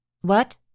What